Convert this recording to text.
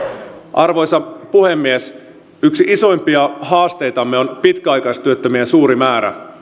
arvoisa puhemies yksi isoimpia haasteitamme on pitkäaikaistyöttömien suuri määrä